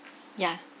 yeah